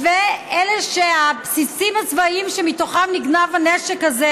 אלה שבבסיסים הצבאיים שמתוכם נגנב הנשק הזה,